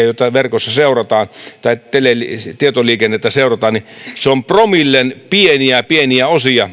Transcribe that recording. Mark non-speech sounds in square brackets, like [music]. [unintelligible] joita verkossa seurataan tai se tele tietoliikenne jota seurataan ovat promillen pieniä pieniä osia